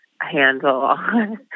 handle